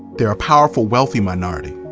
they're a powerful, wealthy minority,